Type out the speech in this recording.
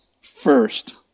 first